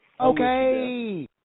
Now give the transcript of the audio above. Okay